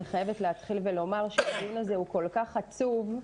אני חייבת להתחיל ולומר שהדיון הזה הוא כל כך עצוב.